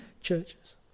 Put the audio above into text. churches